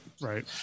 right